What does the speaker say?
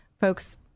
folks